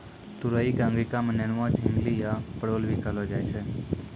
तुरई कॅ अंगिका मॅ नेनुआ, झिंगली या परोल भी कहलो जाय छै